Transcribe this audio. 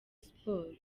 sports